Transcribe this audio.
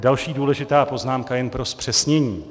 Další důležitá poznámka, jen pro zpřesnění.